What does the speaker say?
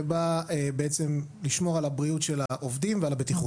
שבא בעצם לשמור על הבריאות של העובדים ועל הבטיחות.